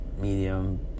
medium